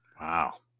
Wow